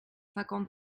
cinquante